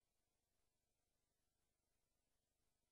כל